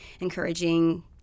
encouraging